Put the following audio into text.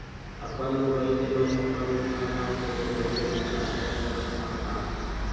अपन मोबाइल ले मैं अपन घरभर के मोबाइल ला रिचार्ज कर सकत हव का?